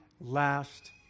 last